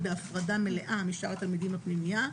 בהפרדה מלאה משאר התלמידים בפנימייה,